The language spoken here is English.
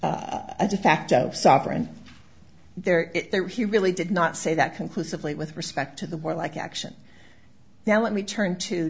defacto sovereign there there he really did not say that conclusively with respect to the warlike action now let me turn to